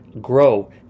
grow